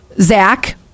Zach